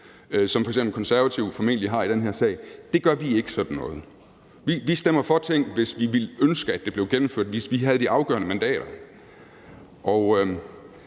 som f.eks. Konservative formentlig gør i den her sag, gør vi ikke. Vi stemmer for ting, hvis vi ville ønske, at de blev gennemført, hvis vi havde de afgørende mandater.